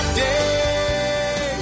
day